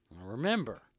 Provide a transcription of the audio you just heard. Remember